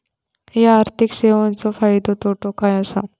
हया आर्थिक सेवेंचो फायदो तोटो काय आसा?